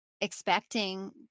expecting